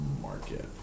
market